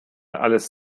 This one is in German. alles